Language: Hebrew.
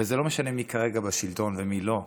וזה לא משנה מי כרגע בשלטון ומי לא,